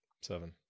seven